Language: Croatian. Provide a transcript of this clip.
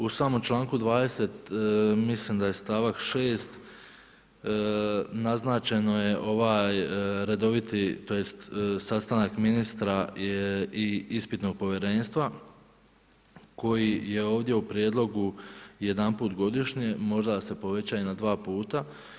U samom članku 20. mislim da je stavak 6. naznačeno je ovaj redoviti, tj. sastanak ministra i ispitnog povjerenstva, koji je ovdje u prijedlogu jedanput godišnje, možda se povećava i na 2 puta.